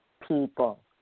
people